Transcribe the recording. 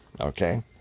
okay